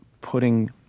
putting